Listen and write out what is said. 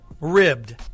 ribbed